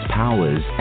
powers